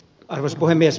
arvoisa puhemies